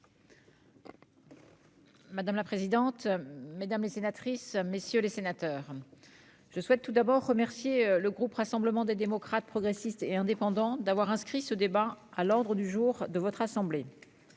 Madame la présidente, mesdames, messieurs les sénateurs, je souhaite tout d'abord remercier le groupe Rassemblement des démocrates, progressistes et indépendants d'avoir inscrit ce débat à l'ordre du jour de votre assemblée.